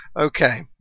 Okay